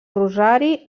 rosari